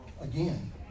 again